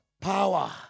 power